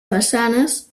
façanes